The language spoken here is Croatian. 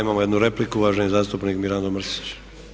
Imamo jednu repliku, uvaženi zastupnik Mirando Mrsić.